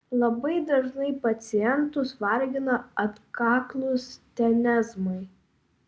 labai dažnai pacientus vargina atkaklūs tenezmai